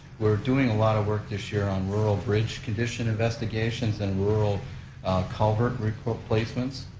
we're doing a lot of work this year on rural bridge condition investigations and rural culvert replacements.